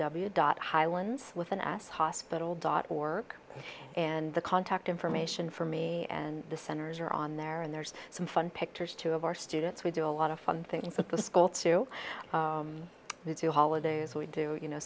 w dot highlands with an ass hospital dot org and the contact information for me and the centers are on there and there's some fun pictures too of our students we do a lot of fun things with the school to do holidays we do you know